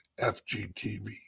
FgTV